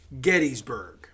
Gettysburg